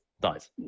dies